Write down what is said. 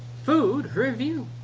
food review!